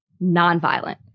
nonviolent